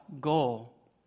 goal